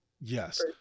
Yes